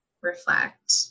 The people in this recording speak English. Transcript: reflect